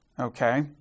Okay